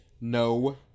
No